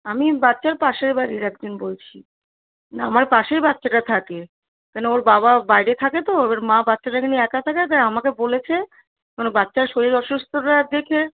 আমি বাচ্চার পাশের বাড়ির একজন বলছি মানে আমার পাশেই বাচ্চাটা থাকে কেন না ওর বাবা বাইরে থাকে তো এবার মা বাচ্চাটাকে নিয়ে একা থাকে তাই আমাকে বলেছে মানে বাচ্চার শরীর অসুস্থতা দেখে